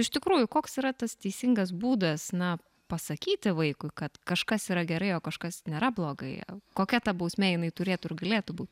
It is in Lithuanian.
iš tikrųjų koks yra tas teisingas būdas na pasakyti vaikui kad kažkas yra gerai o kažkas nėra blogai kokia ta bausmė jinai turėtų ir galėtų būt